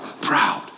proud